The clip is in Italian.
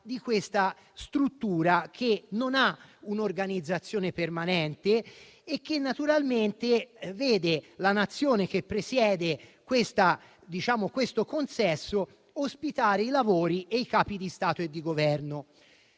di questa struttura che non ha un'organizzazione permanente e che naturalmente vede la Nazione che presiede questo consesso ospitare i lavori e i Capi di Stato e di Governo.